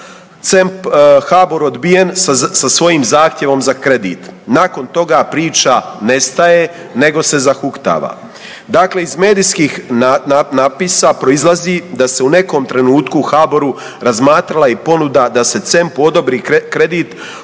C.E.M.P. HABOR-u odbijen sa svojim zahtjevom za kredit. Nakon toga priča ne staje, nego se zahuktava. Dakle, iz medijskih natpisa proizlazi da se u nekom trenutku u HABOR-u razmatrala i ponuda da se C.E.M.P.-u odobri kredit